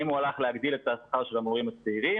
האם הוא הלך להגדיל את השכר של המורים הצעירים